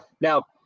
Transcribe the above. Now